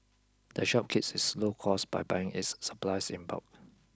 the shop keeps its low costs by buying its supplies in bulk